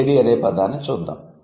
lady అనే పదాన్ని చూద్దాం